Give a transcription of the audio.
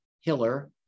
Hiller